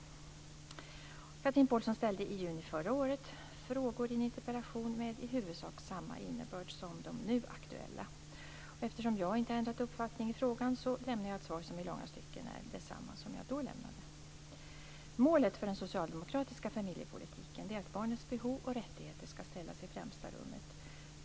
Chatrine Pålsson ställde i juni förra året frågor i en interpellation med i huvudsak samma innebörd som de nu aktuella. Eftersom jag inte har ändrat uppfattning i frågan lämnar jag ett svar som i långa stycken är detsamma som jag då lämnade. Målet för den socialdemokratiska familjepolitiken är att barnets behov och rättigheter skall sättas i främsta rummet.